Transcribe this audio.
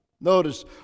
Notice